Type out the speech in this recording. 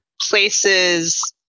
places